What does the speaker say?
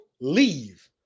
leave